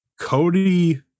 Cody